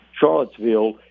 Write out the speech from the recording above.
Charlottesville